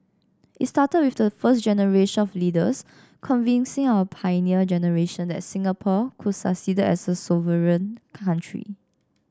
it started with the first generation of leaders convincing our Pioneer Generation that Singapore could succeed as a sovereign country